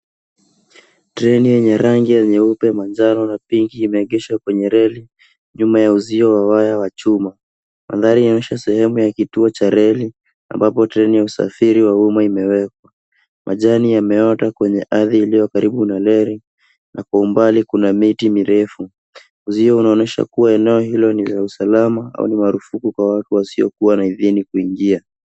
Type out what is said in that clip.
Treni yenye rangi ya nyeupe, manjano na pinki imeegeshwa kwenye reli nyuma ya uzio wa waya wa chuma. Mandhari yanaonesha sehemu ya kituo cha reli ambapo treni ya usafiri wa umma umewekwa. Majani imeota kwenye ardhi iliyo karibu na lori na kwa umbali kuna miti mirefu. Uzio unaonyesha kuwa hilo ni la usalama au ni marufuku kwa watu wasiokuwa na idhini kuingia,